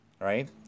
right